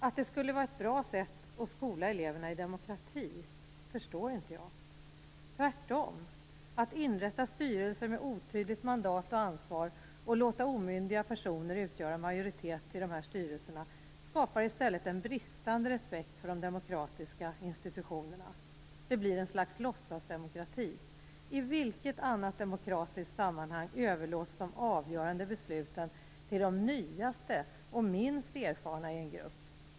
Att det skulle vara ett bra sätt att skola eleverna i demokrati förstår jag inte. Tvärtom. Att inrätta styrelser med otydligt mandat och ansvar och låta omyndiga personer utgöra majoritet i dessa styrelser skapar i stället en bristande respekt för de demokratiska institutionerna. Det blir ett slags låtsasdemokrati. I vilket annat demokratiskt sammanhang överlåts de avgörande besluten till de nyaste och minst erfarna i en grupp?